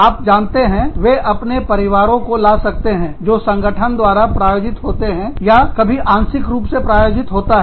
आप जानते हैं वे अपने परिवारों को ला सकते हैं जो संगठन द्वारा प्रायोजित होते हैं या कभी आंशिक रूप से प्रायोजित होता है